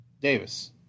Davis